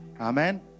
Amen